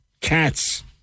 Cats